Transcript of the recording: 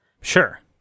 Sure